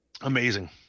Amazing